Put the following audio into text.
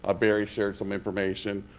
ah barry shared some information.